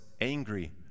angry